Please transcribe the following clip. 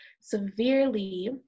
severely